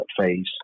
phase